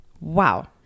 Wow